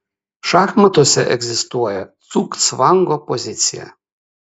šachmatuose egzistuoja cugcvango pozicija